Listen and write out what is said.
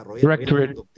directorate